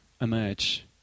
emerge